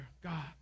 God